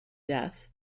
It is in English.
death